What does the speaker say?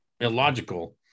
illogical